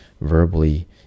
verbally